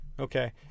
Okay